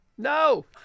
No